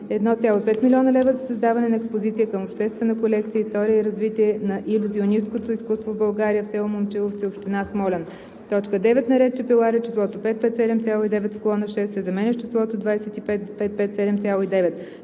1,5 млн. лв. – за създаване на експозиция към обществена колекция (История и развитие на илюзионисткото изкуство в България) в село Момчиловци, община Смолян. 9. на ред „Чепеларе“ числото „557,9“ в колона 6 се заменя с числото „25 557,9“: